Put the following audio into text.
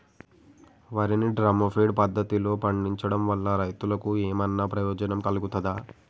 వరి ని drum feed పద్ధతిలో పండించడం వల్ల రైతులకు ఏమన్నా ప్రయోజనం కలుగుతదా?